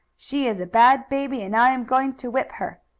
she is a bad baby, and i am going to whip her!